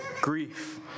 Grief